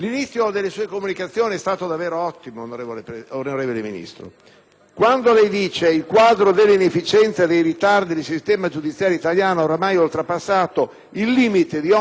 Quando lei dice che il quadro di inefficienze e ritardi del sistema giudiziario italiano ha ormai oltrepassato il limite di ogni possibile tollerabilità, afferma esattamente il vero.